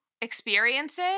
experiences